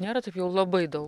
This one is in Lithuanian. nėra taip jau labai daug